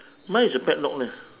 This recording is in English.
mine is a padlock leh